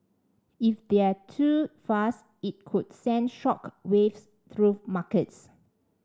if they're too fast it could send shock waves through markets